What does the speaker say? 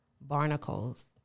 barnacles